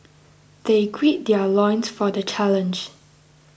they grid their loins for the challenge